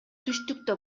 түштүктө